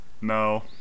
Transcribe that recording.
No